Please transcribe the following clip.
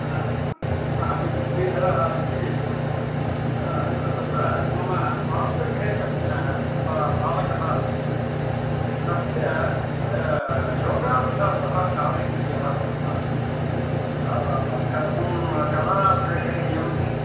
हा अहं श्रीधरः इति तत्र मम पार्श्वगृहे कश्चनः बा बालकः अस्ति तस्य योगाभ्यासः कारयितव्यः भवता कथं कदा प्रेषणीयम्